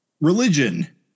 religion